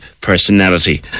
personality